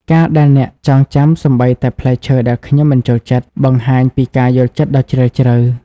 ការដែលអ្នកចងចាំសូម្បីតែផ្លែឈើដែលខ្ញុំមិនចូលចិត្ត បង្ហាញពីការយល់ចិត្តដ៏ជ្រាលជ្រៅ។